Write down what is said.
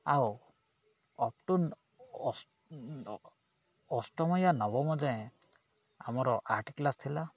ଆଉ ଅପ୍ଟୁ ଅଷ୍ଟମ ୟା ନବମ ଯାଏଁ ଆମର ଆର୍ଟ କ୍ଲାସ୍ ଥିଲା